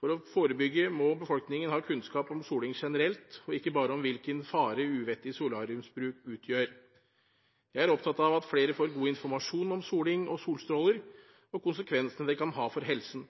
For å forebygge må befolkningen ha kunnskap om soling generelt, og ikke bare om hvilken fare uvettig solariebruk utgjør. Jeg er opptatt av at flere får god informasjon om soling, solstråler og konsekvensene det kan ha for helsen.